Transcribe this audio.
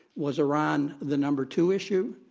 was iran the number two issue?